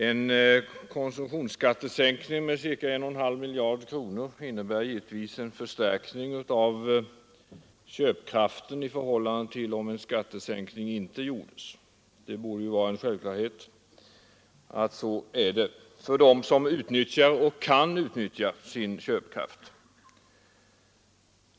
En konsumtionsskattesänkning med ca 1,5 miljarder kronor innebär givetvis en förstärkning av köpkraften i förhållande till situationen om en skattesänkning inte genomförts — det borde vara en självklarhet — för dem som utnyttjar och kan utnyttja sin köpkraft.